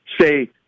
say